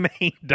main